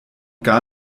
gar